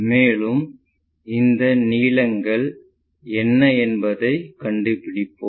மேலும் அந்த நீளங்கள் என்ன என்பதைக் கண்டுபிடிப்போம்